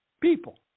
people